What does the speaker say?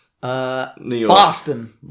Boston